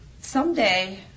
someday